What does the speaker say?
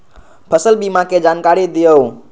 फसल बीमा के जानकारी दिअऊ?